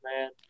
man